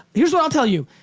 here's what i'll tell you.